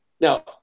Now